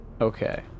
Okay